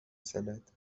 زند